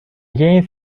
gained